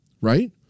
Right